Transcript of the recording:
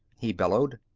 he bellowed.